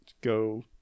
go